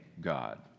God